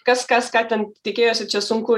kas kas ką ten tikėjosi čia sunku